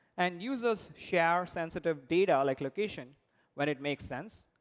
and users share sensitive data like location when it makes sense.